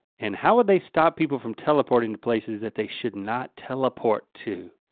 and how would they stop people from teleporting to places that they should not teleport to?